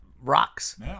rocks